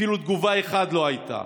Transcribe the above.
אפילו תגובה אחת לא הייתה.